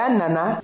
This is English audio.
nana